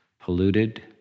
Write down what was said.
polluted